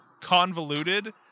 convoluted